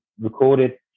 recorded